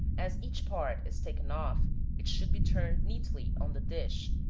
as each part is taken off it should be turned neatly on the dish,